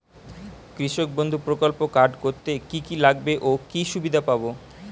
কৃষক বন্ধু প্রকল্প কার্ড করতে কি কি লাগবে ও কি সুবিধা পাব?